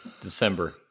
December